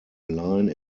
line